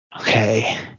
Okay